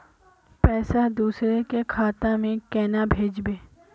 पैसा दूसरे के खाता में केना भेजबे?